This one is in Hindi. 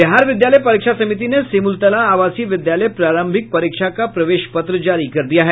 बिहार विद्यालय परीक्षा समिति ने सिमुलतला आवासीय विद्यालय प्रारंभिक परीक्षा का प्रवेश पत्र जारी कर दिया है